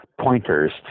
pointers